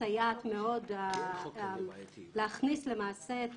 מסייעת מאוד להכניס למעשה את